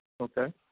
Okay